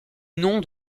nom